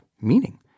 meaning